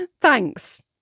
Thanks